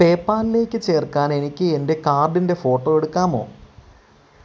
പേയ്പാലിലേക്ക് ചേർക്കാൻ എനിക്ക് എൻ്റെ കാർഡിൻ്റെ ഫോട്ടോ എടുക്കാമോ